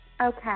Okay